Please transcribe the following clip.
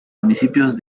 municipios